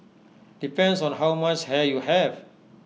depends on how much hair you have